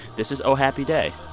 this is oh happy day.